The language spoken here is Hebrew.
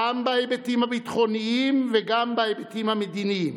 גם בהיבטים הביטחוניים וגם בהיבטים המדיניים